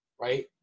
Right